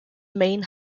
main